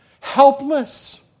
helpless